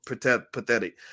pathetic